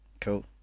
Cool